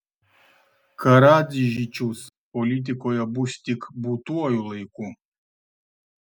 karadžičius politikoje bus tik būtuoju laiku